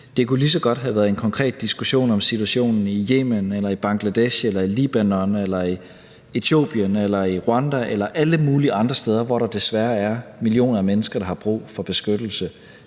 Det kunne lige så godt have været en konkret diskussion om situationen i Yemen eller i Bangladesh eller i Libanon eller i Etiopien eller i Rwanda eller alle mulige andre steder, hvor der desværre er millioner af mennesker, der har brug for beskyttelse.